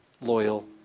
loyal